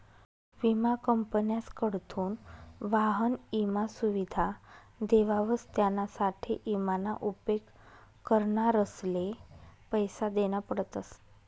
विमा कंपन्यासकडथून वाहन ईमा सुविधा देवावस त्यानासाठे ईमा ना उपेग करणारसले पैसा देना पडतस